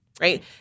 right